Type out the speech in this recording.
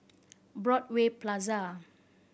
Broadway Plaza